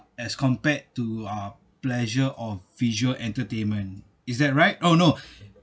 as compared to uh pleasure of visual entertainment is that right oh no